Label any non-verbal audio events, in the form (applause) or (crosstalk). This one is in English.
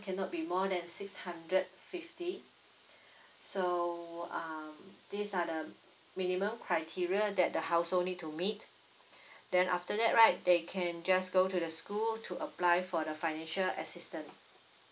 cannot be more than six hundred fifty (breath) so um this are the minimum criteria that the household need to meet (breath) then after that right they can just go to the school to apply for the financial assistance